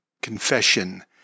confession